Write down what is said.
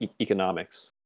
economics